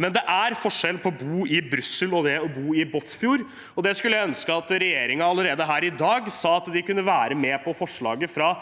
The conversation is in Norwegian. Men det er forskjell på å bo i Brussel og å bo i Båtsfjord. Jeg skulle ønske at regjeringen allerede her i dag sa at de kunne være med på forslaget fra